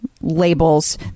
labels